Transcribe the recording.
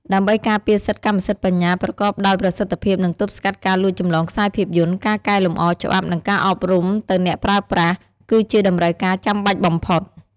ដើម្បីការពារសិទ្ធិកម្មសិទ្ធិបញ្ញាប្រកបដោយប្រសិទ្ធភាព និងទប់ស្កាត់ការលួចចម្លងខ្សែភាពយន្ត ការកែលម្អច្បាប់ និងការអប់រំទៅអ្នកប្រើប្រាស់ គឺជាតម្រូវការចាំបាច់បំផុត។